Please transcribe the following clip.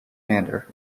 manner